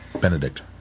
Benedict